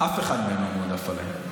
אף אחד מהם לא מועדף עליי.